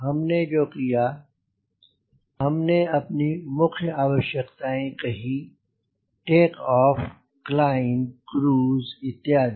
हमने जो किया हमने अपनी मुख्य आवश्यकताएं कही टेक ऑफ क्लाइंब क्रूज इत्यादि